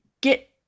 get